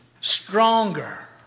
stronger